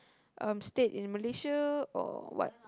um stayed in Malaysia or what